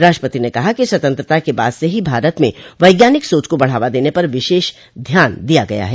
राष्ट्रपति ने कहा कि स्वतंत्रता के बाद से ही भारत में वैज्ञानिक सोच को बढ़ावा देने पर विशेष ध्यान दिया गया है